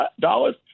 dollars